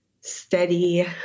steady